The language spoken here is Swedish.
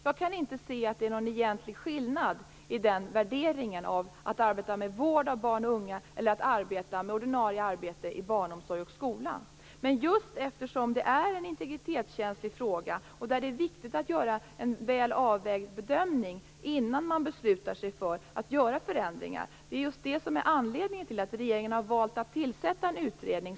Jag kan inte se att det är någon egentlig skillnad i värderingen där - arbete med vård av barn och unga eller ordinarie arbete inom barnomsorg och skola. Men just på grund av att det här är en integritetskänslig fråga, där det är viktigt att göra en väl avvägd bedömning innan man beslutar sig för förändringar, har regeringen valt att tillsätta en utredning.